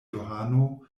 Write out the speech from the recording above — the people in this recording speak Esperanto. johano